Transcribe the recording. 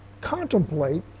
contemplate